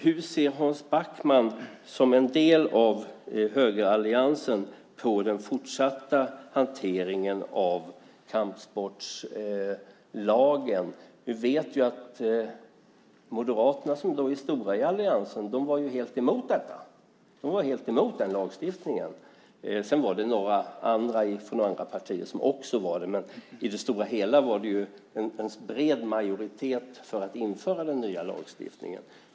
Hur ser Hans Backman som en del av högeralliansen på den fortsatta hanteringen av kampsportslagen? Vi vet att Moderaterna, som är stora i alliansen, var helt emot den lagstiftningen. Också några andra från andra partier var det. Men i det stora hela var det en bred majoritet för ett införande av den nya lagstiftningen.